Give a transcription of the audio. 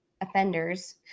offenders